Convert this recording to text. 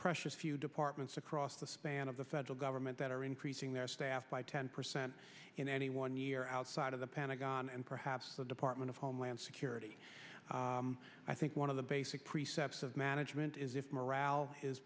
precious few departments across the span of the federal government that are increasing their staff by ten percent in any one year outside of the pentagon and perhaps the department of homeland security i think one of the basic precepts of management is if morale is